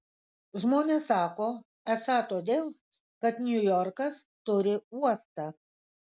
žmonės sako esą todėl kad niujorkas turi uostą